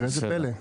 ראה איזה פלא.